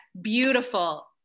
beautiful